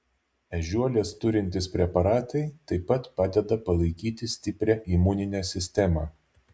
ežiuolės turintys preparatai taip pat padeda palaikyti stiprią imuninę sistemą